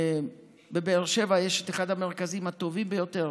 שבבאר שבע ישנו אחד המרכזים הטובים ביותר,